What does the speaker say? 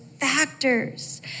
factors